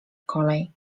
kolej